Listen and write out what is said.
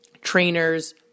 trainers